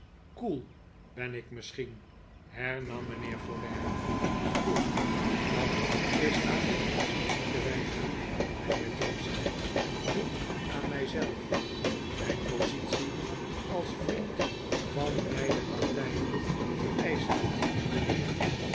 koel ben ik misschien hernam mijnheer folair koel dat is aan mijn positie te wijten mijnheer johnson niet aan mij zelf mijn positie als vriend van beide partijen vereischt dat mijnheer